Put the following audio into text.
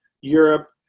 Europe